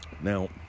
Now